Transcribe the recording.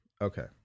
Okay